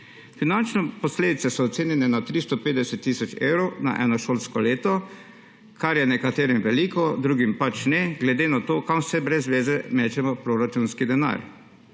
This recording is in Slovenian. Finančne posledice so ocenjene na 350 tisoč evrov na eno šolsko leto, kar je nekaterim veliko, drugim pač ne, glede na to, kam vse brez zveze mečemo proračunski denar.